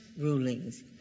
rulings